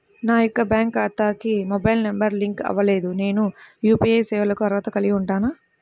నా యొక్క బ్యాంక్ ఖాతాకి మొబైల్ నంబర్ లింక్ అవ్వలేదు నేను యూ.పీ.ఐ సేవలకు అర్హత కలిగి ఉంటానా?